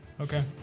Okay